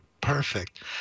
perfect